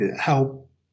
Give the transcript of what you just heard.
help